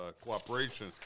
cooperation